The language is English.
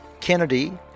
kennedy